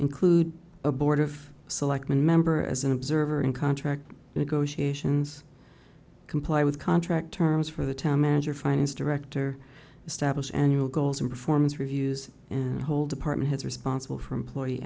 include a board of selectmen member as an observer in contract negotiations comply with contract terms for the town manager finance director establish annual goals and performance reviews and whole department heads responsible for employee